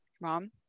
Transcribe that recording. Mom